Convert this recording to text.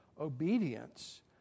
Obedience